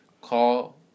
call